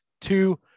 two